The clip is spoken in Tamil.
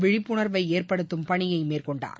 விழிப்புணர்வை ஏற்படுத்தும் பணியை மேற்கொண்டார்